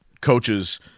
coaches